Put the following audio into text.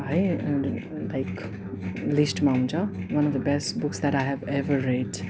है लाइक लिस्टमा हुन्छ one of the best books that I have ever red